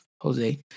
Jose